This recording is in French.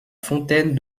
fontaine